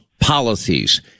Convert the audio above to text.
policies